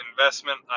investment